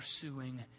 pursuing